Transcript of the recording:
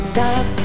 Stop